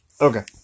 Okay